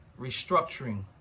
restructuring